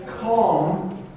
calm